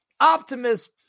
optimus